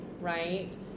right